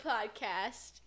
Podcast